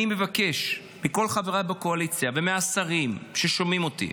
אני מבקש מכל חבריי בקואליציה ומהשרים ששומעים אותי: